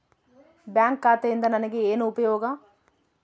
Bank ಖಾತೆಯಿಂದ ನನಗೆ ಏನು ಉಪಯೋಗ?